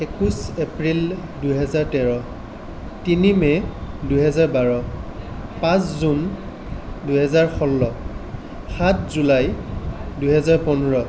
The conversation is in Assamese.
একৈশ এপ্ৰিল দুহেজাৰ তেৰ তিনি মে' দুহেজাৰ বাৰ পাঁচ জুন দুহেজাৰ ষোল্ল সাত জুলাই দুহেজাৰ পোন্ধৰ